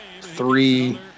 three